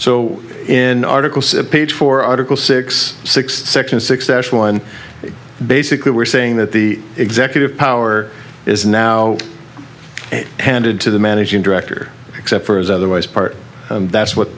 so in articles a page for article six six section six ash one basically we're saying that the executive power is now handed to the managing director except for his otherwise part that's what